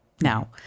now